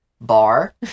bar